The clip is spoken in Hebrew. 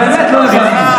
באמת לא הבנתי.